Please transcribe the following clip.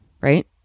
Right